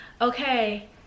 okay